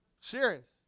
Serious